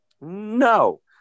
No